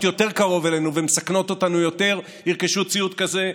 יותר קרוב אלינו ומסכנות אותנו יותר ירכשו ציוד כזה,